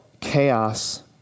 chaos